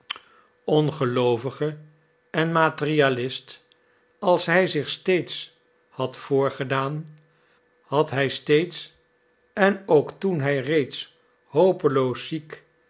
ongeloovige en materialist als hij zich steeds had voorgedaan had hij steeds en ook toen hij reeds hopeloos ziek